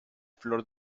flor